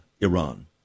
Iran